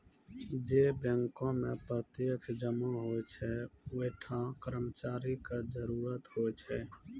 जै बैंको मे प्रत्यक्ष जमा होय छै वैंठा कर्मचारियो के जरुरत होय छै